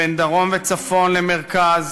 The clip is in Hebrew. בין דרום וצפון למרכז,